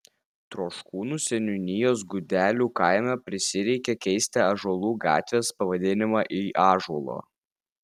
troškūnų seniūnijos gudelių kaime prisireikė keisti ąžuolų gatvės pavadinimą į ąžuolo